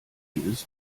dieses